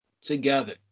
together